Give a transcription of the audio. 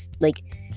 like-